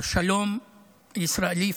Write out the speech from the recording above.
אפשר שלום ישראלי-פלסטיני,